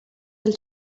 del